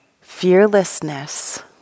fearlessness